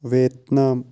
Vietnam